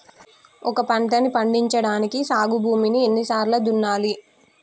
ఒక పంటని పండించడానికి సాగు భూమిని ఎన్ని సార్లు దున్నాలి?